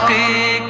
a